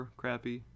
crappy